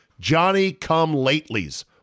Johnny-come-latelys